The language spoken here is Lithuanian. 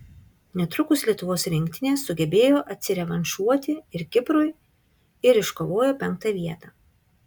netrukus lietuvos rinktinė sugebėjo atsirevanšuoti ir kiprui ir iškovojo penktą vietą